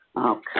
Okay